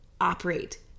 operate